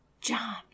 John